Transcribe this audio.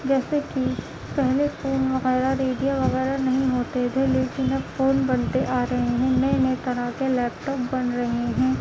جیسے کہ پہلے فون وغیرہ ریڈیو وغیرہ نہیں ہوتے تھے لیکن اب فون بنتے آ رہے ہیں نٮٔے نٮٔے طرح کے لیپ ٹاپ بن رہے ہیں